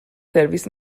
سرویس